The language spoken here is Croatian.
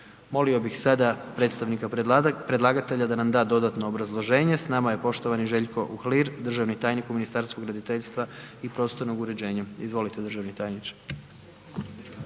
Molio bih sada predstavnika predlagatelja da nam da dodatno obrazloženje, s nama je poštovani Željko Uhlir, državni tajnik u Ministarstvu graditeljstva i prostornog uređenja. Izvolite državni tajniče.